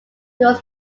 was